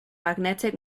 magnetic